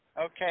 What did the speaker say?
Okay